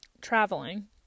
traveling